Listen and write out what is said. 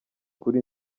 kuri